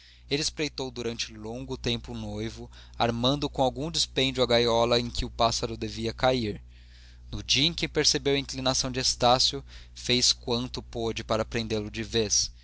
ele espreitou durante longo tempo um noivo armando com algum dispêndio a gaiola em que o pássaro devia cair no dia em que percebeu a indignação de estácio fez quanto pôde para prendê-lo de vez